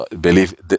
believe